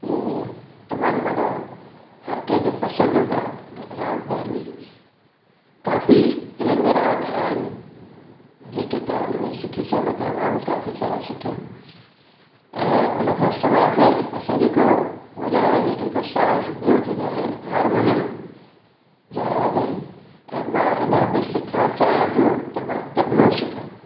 उहो तमामु माना हर कंहिंखे पसंदि हूंदो आहे राग भैरवी काफ़ी हिननि में राग आहिनि जेके तव्हां हिनमें सिखी सघो था मां बि काफ़ी सारा सिखयुमि ऐं उनखां सवाइ बि असां जेको वॼाइण जो जेको साज़ु ॿियो थींदो आहे हारमोनियम जा राग आहिनि ऐं मां अञां पियो सिखणु चाहियां थो त मां तबलो सिखां